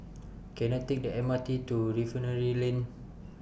Can I Take The M R T to Refinery Lane